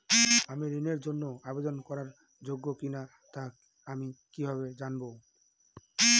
আমি ঋণের জন্য আবেদন করার যোগ্য কিনা তা আমি কীভাবে জানব?